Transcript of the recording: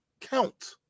count